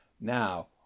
now